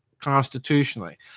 constitutionally